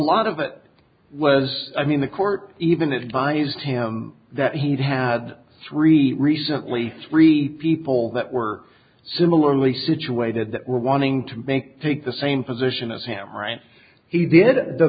lot of it was i mean the court even advised him that he'd had three recently three people that were similarly situated that were wanting to make take the same position as hammer and he did the